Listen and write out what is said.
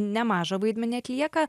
nemažą vaidmenį atlieka